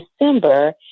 December